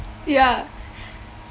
ya